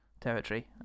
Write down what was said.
territory